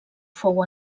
fou